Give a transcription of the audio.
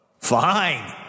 Fine